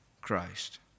Christ